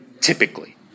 typically